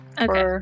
Okay